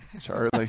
Charlie